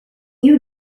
you